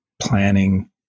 planning